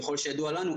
ככל שידוע לנו,